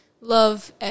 love